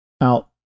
out